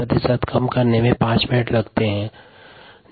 तक कम करने में 5 मिनट्स लगते हैं